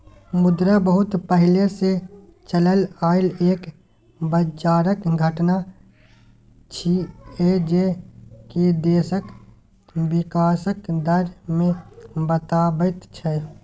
मुद्रा बहुत पहले से चलल आइल एक बजारक घटना छिएय जे की देशक विकासक दर बताबैत छै